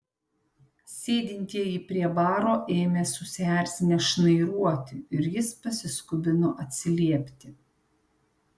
sėdintieji prie baro ėmė susierzinę šnairuoti ir jis pasiskubino atsiliepti